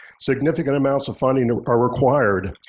significant amounts of funding are are required.